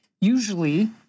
usually